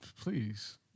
Please